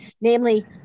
Namely